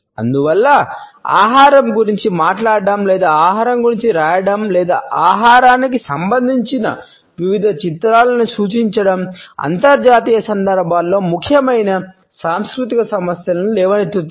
అందువల్ల ఆహారం గురించి మాట్లాడటం లేదా ఆహారం గురించి రాయడం లేదా ఆహారానికి సంబంధించిన వివిధ చిత్రాలను సూచించడం అంతర్జాతీయ సందర్భాలలో ముఖ్యమైన సాంస్కృతిక సమస్యలను లేవనెత్తుతుంది